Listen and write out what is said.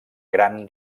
gran